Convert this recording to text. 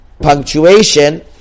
punctuation